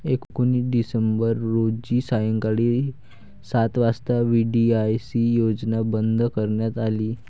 एकोणीस डिसेंबर रोजी सायंकाळी सात वाजता व्ही.डी.आय.सी योजना बंद करण्यात आली